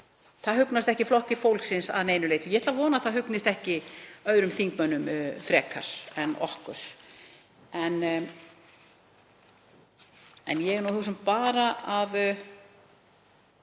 lagað hugnast ekki Flokki fólksins að neinu leyti. Ég ætla að vona að það hugnist ekki öðrum þingmönnum frekar en okkur. Ég er nú að hugsa um að